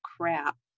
crap